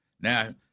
Now